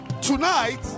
Tonight